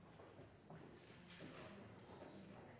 har